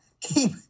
keep